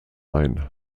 ein